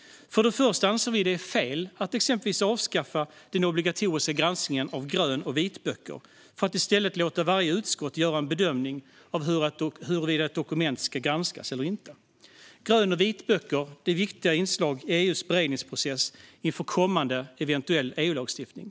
För det första anser vi att det är fel att avskaffa den obligatoriska granskningen av grön och vitböcker för att i stället låta varje utskott göra en bedömning av huruvida ett dokument ska granskas eller inte. Grön och vitböcker är viktiga inslag i EU:s beredningsprocess inför kommande eventuell EU-lagstiftning.